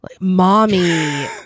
mommy